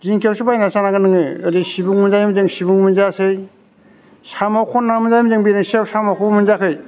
दिंखियाखौसो बायनानैसो जानांगोन नोङो ओरै सिबुं सिबुंजों जों सिबुं मोनजायासै साम' खननानै मोनजायोमोन जों बिनि सायाव साम'खौबो मोनजायाखै